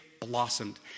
blossomed